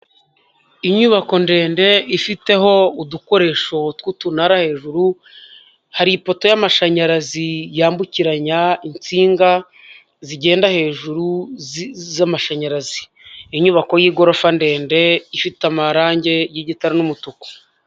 Inyubako ndende ifiteho udukoresho tw'utunara hejuru, hari ipoto y'amashanyarazi yambukiranya insinga zigenda hejuru z'amashanyarazi, inyubako y'igorofa ndende ifite amarange y'igitare n'umutuku.